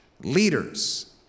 leaders